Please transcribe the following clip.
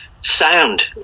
sound